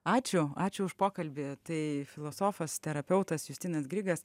ačiū ačiū už pokalbį tai filosofas terapeutas justinas grigas